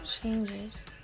changes